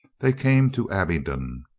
they came to abingdon.